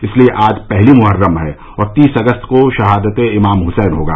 इसलिये आज पहली मूहर्रम है और तीस अगस्त को शहादते इमाम हसैन होगा